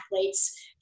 athletes